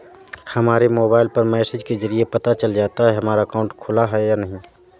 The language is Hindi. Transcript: हमारे मोबाइल पर मैसेज के जरिये पता चल जाता है हमारा अकाउंट खुला है या नहीं